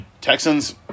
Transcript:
Texans